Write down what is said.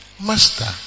Master